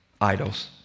idols